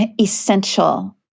essential